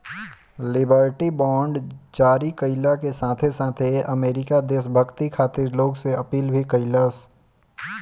liberty bond जारी कईला के साथे साथे अमेरिका देशभक्ति खातिर लोग से अपील भी कईलस